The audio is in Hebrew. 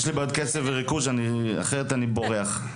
יש לי בעיות קשב וריכוז, אחרת אני בורח.